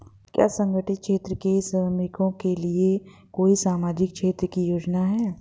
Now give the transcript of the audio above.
क्या असंगठित क्षेत्र के श्रमिकों के लिए कोई सामाजिक क्षेत्र की योजना है?